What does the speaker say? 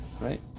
right